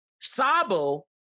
Sabo